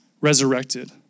resurrected